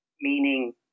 meaning